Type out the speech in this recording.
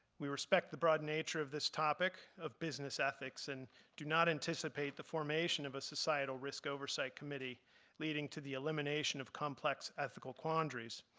we respect the broad nature of this topic of business ethics and do not anticipate the formation of a societal risk oversight committee leading to the elimination of complex ethical quandaries.